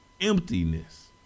emptiness